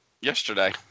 yesterday